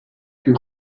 plus